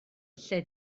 lle